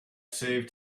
saved